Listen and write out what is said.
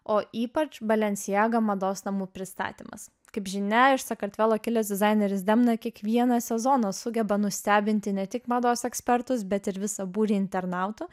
o ypač balenciaga mados namų pristatymas kaip žinia iš sakartvelo kilęs dizaineris demna kiekvieną sezoną sugeba nustebinti ne tik mados ekspertus bet ir visą būrį internautų